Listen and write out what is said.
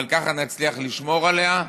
אבל ככה נצליח לשמור עליה?